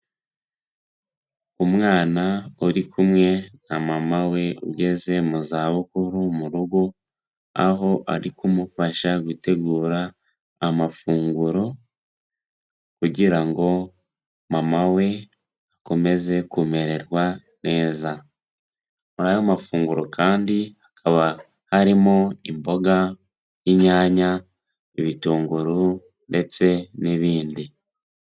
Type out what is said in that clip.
Umwana uri kumwe na mama we ugeze mu zabukuru mu rugo, aho ari kumufasha gutegura amafunguro kugira ngo mama we akomeze kumererwa neza, muri ayo mafunguro kandi hakaba harimo imboga, inyanya, ibitunguru ndetse n'ibindi.